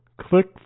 click